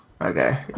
Okay